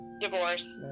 divorce